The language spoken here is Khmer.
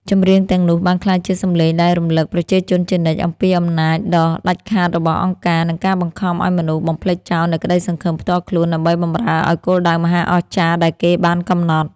ចម្រៀងទាំងនោះបានក្លាយជាសម្លេងដែលរំលឹកប្រជាជនជានិច្ចអំពីអំណាចដ៏ដាច់ខាតរបស់ អង្គការ និងការបង្ខំឱ្យមនុស្សបំភ្លេចចោលនូវក្តីសង្ឃឹមផ្ទាល់ខ្លួន ដើម្បីបម្រើឱ្យគោលដៅមហាអស្ចារ្យដែលគេបានកំណត់។។